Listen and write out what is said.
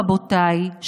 רבותיי,